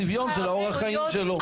אורח החיים שלו.